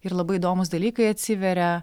ir labai įdomūs dalykai atsiveria